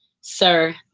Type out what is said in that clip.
sir